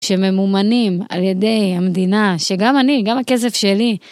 שממומנים על ידי המדינה, שגם אני, גם הכסף שלי.